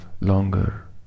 longer